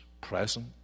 present